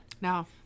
No